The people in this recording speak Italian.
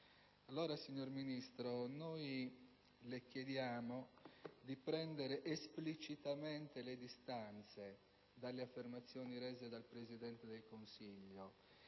Allora, signor Ministro, le chiediamo di prendere esplicitamente le distanze dalle affermazioni rese dal Presidente del Consiglio,